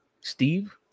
Steve